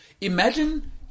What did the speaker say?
imagine